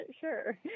sure